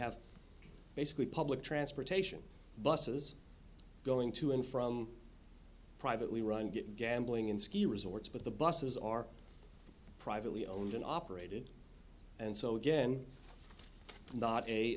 have basically public transportation busses going to and from privately run get gambling in ski resorts but the buses are privately owned and operated and so again a not a